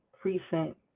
precinct